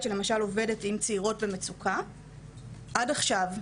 שלמשל עובדת עם צעירות במצוקה עד עכשיו,